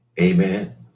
Amen